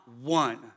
one